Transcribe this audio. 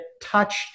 touched